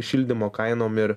šildymo kainom ir